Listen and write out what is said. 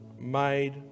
made